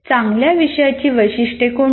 चांगल्या विषयाची वैशिष्ट्ये कोणती